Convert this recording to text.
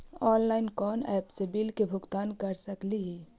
Online कोन app से bill के भुगतान कर सकली ही?